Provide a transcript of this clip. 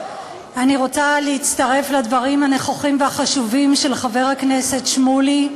אני רוצה להצטרף לדברים הנכוחים והחשובים של חבר הכנסת שמולי.